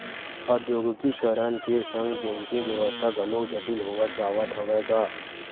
औद्योगीकरन के संग बेंकिग बेवस्था घलोक जटिल होवत जावत हवय गा